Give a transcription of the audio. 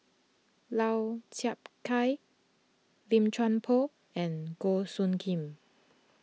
Lau Chiap Khai Lim Chuan Poh and Goh Soo Khim